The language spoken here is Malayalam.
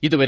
ഇതുവരെ